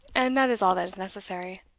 and that is all that is necessary.